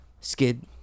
Skid